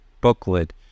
booklet